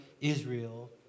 Israel